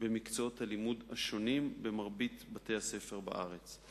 במקצועות הלימוד השונים במרבית בתי-הספר בארץ.